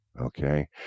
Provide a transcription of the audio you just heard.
Okay